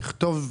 תכתוב,